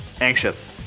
anxious